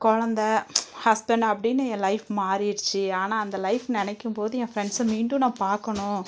குழந்த ஹஸ்பண்ட் அப்படின்னு என் லைஃப் மாறிடுச்சி ஆனால் அந்த லைஃப் நினைக்கும்போது என் ஃப்ரெண்ட்ஸை மீண்டும் நான் பார்க்கணும்